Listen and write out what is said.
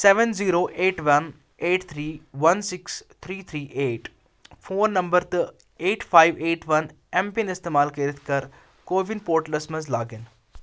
seven zero eight one eight three one six three three eight phone number تہٕ eight five eight one M PIN استعمال کٔرِتھ کر CoWIN پورٹلَس مَنٛز log in